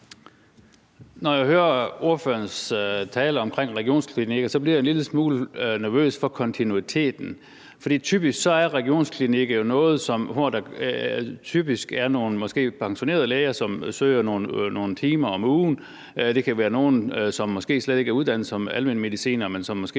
Når jeg hører ordførerens tale om regionsklinikker, bliver jeg en lille smule nervøs for kontinuiteten. For typisk er regionsklinikker jo noget, hvor der typisk er nogle måske pensionerede læger, som søger nogle timer om ugen. Det kan være nogle, som måske slet ikke er uddannet som almenmedicinere, men som måske